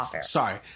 Sorry